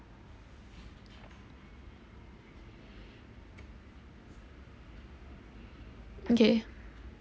okay